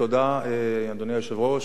תודה, אדוני היושב-ראש.